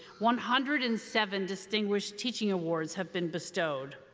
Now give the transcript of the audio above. one hundred and seven distinguished teaching awards have been bestowed,